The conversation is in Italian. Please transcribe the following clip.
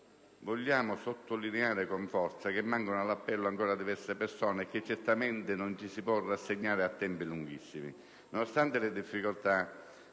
vogliamo sottolineare con forza che mancano all'appello ancora diverse persone e che certamente non ci si può rassegnare a tempi lunghissimi.